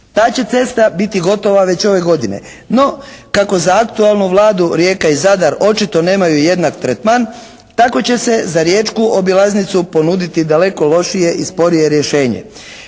Ta će cesta biti gotova već ove godine, no kako za aktualnu Vladu Rijeka i Zadar očito nemaju jednak tretman tako će se za riječku obilaznicu ponuditi daleko lošije i sporije rješenje.